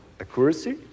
accuracy